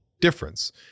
difference